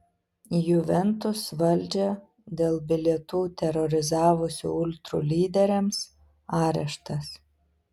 juventus valdžią dėl bilietų terorizavusių ultrų lyderiams areštas